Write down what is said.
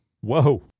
Whoa